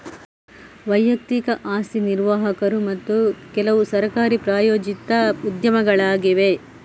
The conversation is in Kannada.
ವೈಯಕ್ತಿಕ ಆಸ್ತಿ ನಿರ್ವಾಹಕರು ಮತ್ತು ಕೆಲವುಸರ್ಕಾರಿ ಪ್ರಾಯೋಜಿತ ಉದ್ಯಮಗಳಾಗಿವೆ